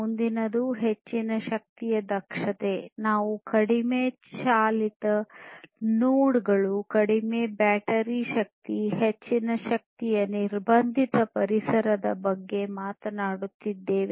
ಮುಂದಿನದು ಹೆಚ್ಚಿನ ಶಕ್ತಿಯ ದಕ್ಷತೆ ನಾವು ಕಡಿಮೆ ಚಾಲಿತ ನೋಡ್ಗಳು ಕಡಿಮೆ ಬ್ಯಾಟರಿ ಶಕ್ತಿ ಹೆಚ್ಚು ಶಕ್ತಿಯ ನಿರ್ಬಂಧಿತ ಪರಿಸರಗಳ ಬಗ್ಗೆ ಮಾತನಾಡುತ್ತಿದ್ದೇವೆ